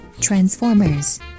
Transformers